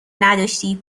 نداشتی